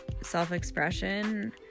self-expression